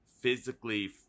physically